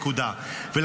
נקודה.